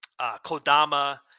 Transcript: Kodama